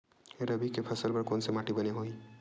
रबी के फसल बर कोन से माटी बने होही?